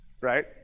right